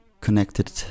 connected